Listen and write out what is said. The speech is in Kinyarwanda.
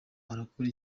urakora